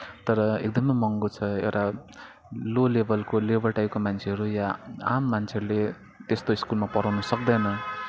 तर एकदमै महँगो छ एउटा लो लेभलको लेबर टाइपको मान्छेहरू या आम मान्छेहरूले त्यस्तो स्कुलमा पढाउन सक्दैन